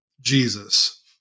Jesus